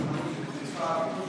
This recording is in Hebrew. יותר?